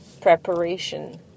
preparation